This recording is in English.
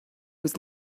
was